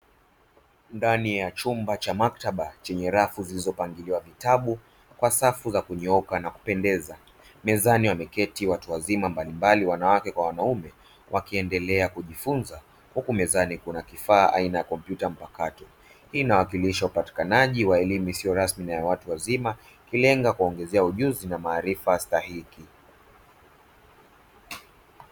Ndani ya chumba cha maktaba chenye rafu zilizopangiliwa vitabu kwa safu za kunyooka na kupendeza, mezani wameketi watu wazima mbalimbali wanawake kwa wanaume wakiendelea kujifunza huku mezani kuna kifaa aina ya kompyuya mpakato. Hii inawakilisha upatikanaji wa elimu isiyo rasmi na ya watu wazima ikilenga kuwaongezea ujuzi na maarifa stahiki.